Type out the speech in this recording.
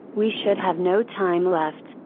we should have no time left,